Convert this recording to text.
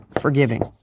forgiving